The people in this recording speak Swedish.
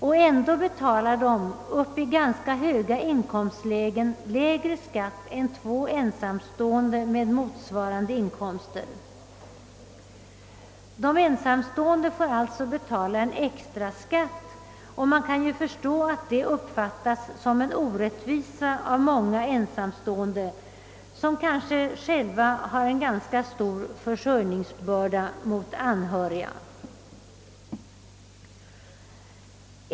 Men ändå betalar de upp i ganska höga inkomstlägen mindre skatt än två ensamstående med motsvarande inkomster. De ensamstående får alltså betala en extraskatt. Man kan förstå att detta uppfattas som en orättvisa av många ensamstående, som kanske har stor försörjningsbörda mot anhöriga.